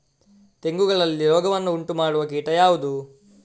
ತೆಂಗುಗಳಲ್ಲಿ ರೋಗವನ್ನು ಉಂಟುಮಾಡುವ ಕೀಟ ಯಾವುದು?